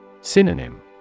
Synonym